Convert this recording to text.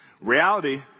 Reality